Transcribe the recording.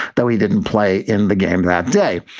though he didn't play in the game that day,